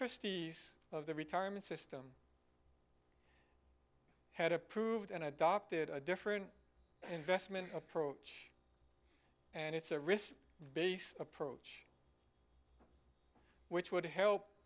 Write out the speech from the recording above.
trustees of the retirement system had approved and adopted a different investment approach and it's a risk based approach which would help